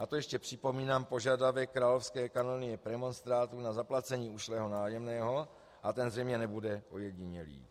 A to ještě připomínám požadavek Královské kanonie premonstrátů na zaplacení ušlého nájemného a ten zřejmě nebude ojedinělý.